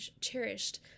cherished